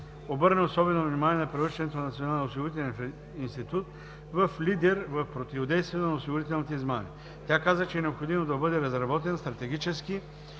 обърна особено внимание на превръщането на Националния осигурителен институт в лидер в противодействието на осигурителните измами. Тя каза, че е необходимо да бъде разработен стратегически